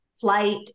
flight